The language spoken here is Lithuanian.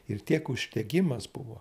ir tiek uždegimas buvo